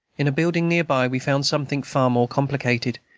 in a building near by we found something far more complicated,